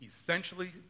essentially